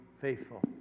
faithful